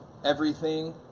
everything,